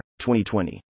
2020